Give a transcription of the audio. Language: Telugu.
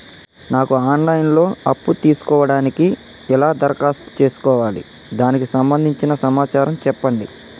నాకు ఆన్ లైన్ లో అప్పు తీసుకోవడానికి ఎలా దరఖాస్తు చేసుకోవాలి దానికి సంబంధించిన సమాచారం చెప్పండి?